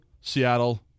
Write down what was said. Seattle